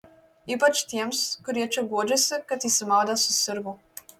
ypač tiems kurie čia guodžiasi kad išsimaudę susirgo